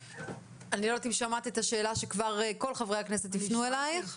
אני לא יודעת אם שמעת את השאלה שכבר כל חברי הכנסת הפנו אליך.